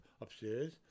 upstairs